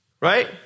right